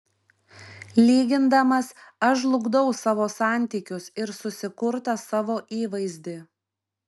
lygindamas aš žlugdau savo santykius ir susikurtą savo įvaizdį